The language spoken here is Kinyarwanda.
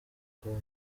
kuba